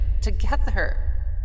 together